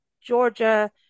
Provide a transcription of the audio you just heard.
Georgia